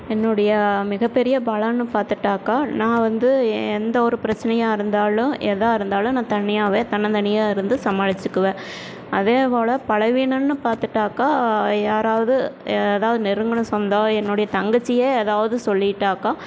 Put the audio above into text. என்னுடைய மிகப்பெரிய பலம்னு பார்த்துட்டாக்கா நான் வந்து எந்தவொரு பிரச்சினையா இருந்தாலும் எதாக இருந்தாலும் நான் தனியாகவே தன்னந்தனியாக இருந்து சமாளிச்சுக்குவேன் அதேபோல் பலவீனம்னு பார்த்துட்டாக்கா யாராவது ஏதாவது நெருங்கின சொந்தம் என்னுடைய தங்கச்சியே ஏதாவது சொல்லிவிட்டாக்கா